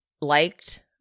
liked